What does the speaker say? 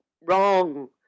wrong